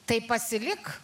tai pasilik